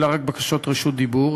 אלא רק בקשות רשות דיבור.